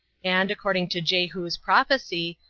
and, according to jehu's prophecy,